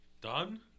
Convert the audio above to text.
Done